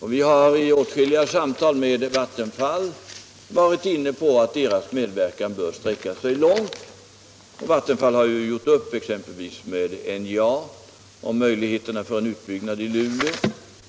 och vi har i åtskilliga samtal med Vattenfall varit inne på att dess medverkan bör sträcka sig långt. Vattenfall har exempelvis gjort upp med NJA om möjligheterna för en utbyggnad i Luleå.